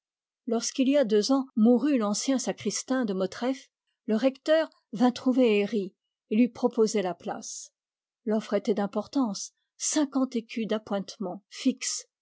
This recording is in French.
lorsqu'il y a deux ans mourut l'ancien sacristain de motreff le recteur vint trouver herri et lui proposer la place l'offre était d'importance cinquante écus d'appointements fixes